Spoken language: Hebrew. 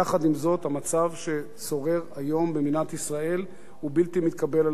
המצב ששורר היום במדינת ישראל הוא בלתי מתקבל על הדעת.